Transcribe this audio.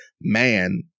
man